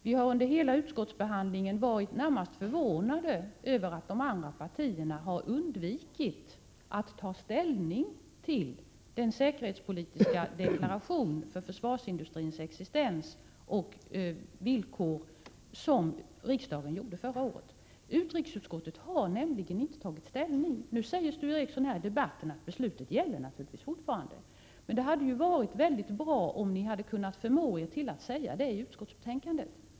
Vi har under hela utskottsbehandlingen varit närmast förvånade över att de andra partierna har undvikit att ta ställning till den säkerhetspolitiska deklaration för försvarsindustrins existens och villkor som riksdagen gjorde förra året. Utrikesutskottet har nämligen inte tagit ställning. Nu säger Sture Ericson i debatten att beslutet naturligtvis fortfarande gäller. Men det hade varit mycket bra om ni hade kunnat förmå er till att säga det i utskottsbetänkandet.